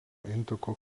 intako